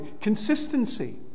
Consistency